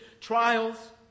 trials